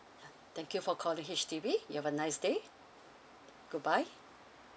thank you for calling H_D_B you have a nice day goodbye